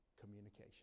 Communication